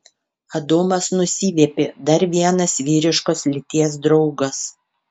adomas nusiviepė dar vienas vyriškos lyties draugas